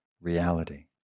reality